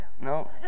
no